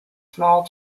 small